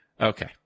Okay